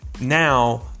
Now